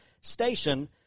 station